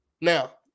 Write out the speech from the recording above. Now